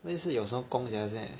问题是有什么工 sia 现在